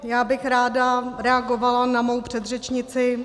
Já bych ráda reagovala na svoji předřečnici.